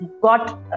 got